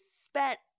spent